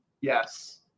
Yes